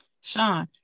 Sean